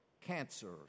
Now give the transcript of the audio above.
cancer